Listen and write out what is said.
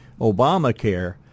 Obamacare